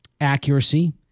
accuracy